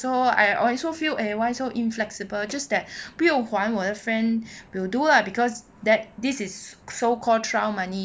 so I also feel eh why so inflexible just that 不用还我的 friend will do lah because that this is so call trial money